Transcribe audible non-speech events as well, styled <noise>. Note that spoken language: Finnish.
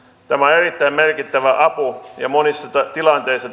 tämä on erittäin merkittävä apu ja monissa tilanteissa <unintelligible>